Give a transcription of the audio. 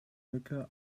mücke